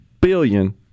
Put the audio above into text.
billion